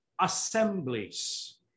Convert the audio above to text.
assemblies